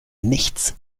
nichts